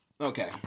Okay